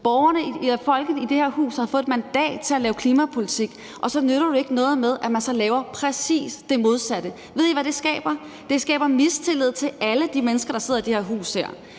Folk i det her hus har fået et mandat til at lave klimapolitik, og så nytter det jo ikke noget, at man så laver præcis det modsatte. Ved I, hvad det skaber? Det skaber mistillid til alle de mennesker, der sidder i det her hus.